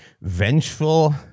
vengeful